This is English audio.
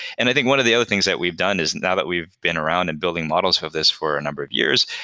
and i think one of the other things that we've done is now that we've been around and building models of this for a number of years,